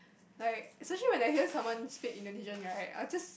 like especially when I hear someone speak Indonesian right I'll just